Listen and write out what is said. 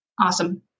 Awesome